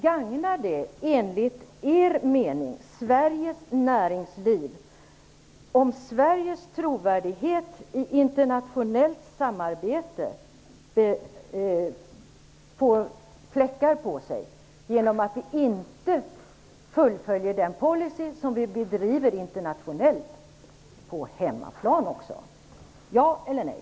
Gagnar det enligt er mening Sveriges näringsliv, om Sveriges trovärdighet i internationellt samarbete får fläckar på sig genom att vi inte på hemmaplan fullföljer den policy som vi bedriver internationellt? Ja eller nej?